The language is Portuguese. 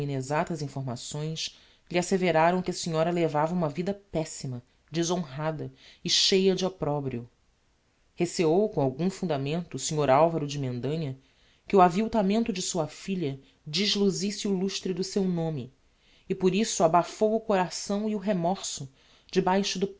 inexactas informações lhe asseveraram que a senhora levava uma vida pessima deshonrada e cheia de opprobrio receou com algum fundamento o snr alvaro de mendanha que o aviltamento de sua filha desluzisse o lustre do seu nome e por isso abafou o coração e o remorso debaixo do